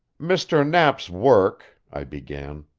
mr. knapp's work i began.